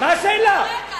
מה השאלה?